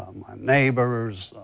um my neighbors,